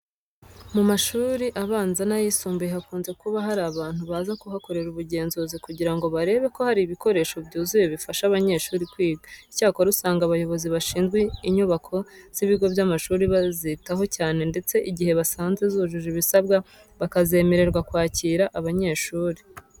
Mu mashuri abanza n'ayisumbuye hakunze kuba hari abantu baza kuhakorera ubugenzuzi kugira ngo barebe ko hari ibikoresho byuzuye bifasha abanyeshuri kwiga. Icyakora usanga abayobozi bashinzwe inyubako z'ibigo by'amashuri bazitaho cyane ndetse igihe basanze zujuje ibisabwa bakazemerera kwakira abanyeshuri.